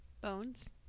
Bones